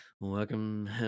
Welcome